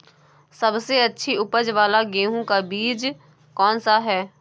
सबसे अच्छी उपज वाला गेहूँ का बीज कौन सा है?